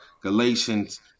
Galatians